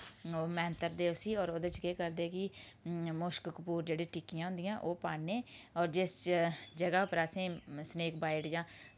ओह् मैंत्तरदे उसी होर ओह्दे च केह् करदे कि उसी मुश्ककपूर जेह्ड़ियां टिक्कियां होंदियां ओह् पान्ने होर जिस जगह् पर असें सनेक बाइट जां सप्प